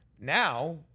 now